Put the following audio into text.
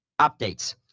updates